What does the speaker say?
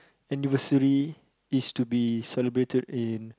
anniversary is to be celebrated in